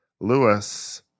Lewis